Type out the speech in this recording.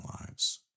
lives